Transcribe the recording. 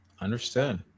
understood